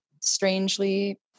strangely